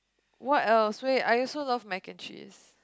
what else wait I also love Mac and Cheese